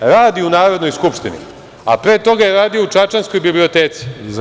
Radi u Narodnoj skupštini, a pre toga je radio u čačanskoj biblioteci.